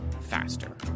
faster